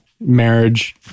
marriage